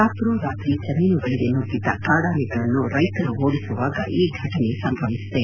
ರಾತ್ರೋರಾತ್ರಿ ಜಮೀನುಗಳಗೆ ನುಗ್ಗಿದ್ದ ಕಾಡಾನೆಗಳನ್ನು ರೈತರು ಓಡಿಸುವಾಗ ಈ ಘಟನೆ ಸಂಭವಿಸಿದೆ